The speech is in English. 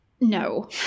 No